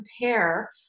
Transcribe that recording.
compare